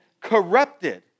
corrupted